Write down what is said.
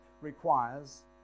requires